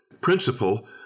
principle